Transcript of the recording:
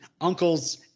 uncle's